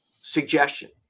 suggestion